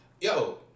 Yo